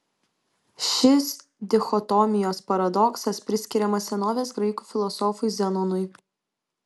šis dichotomijos paradoksas priskiriamas senovės graikų filosofui zenonui